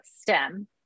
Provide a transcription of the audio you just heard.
STEM